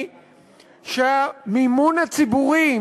היא שהמימון הציבורי,